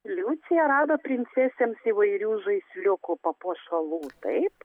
liucija rado princesėms įvairių žaisliukų papuošalų taip